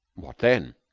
what then?